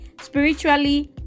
spiritually